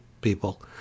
people